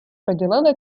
приділили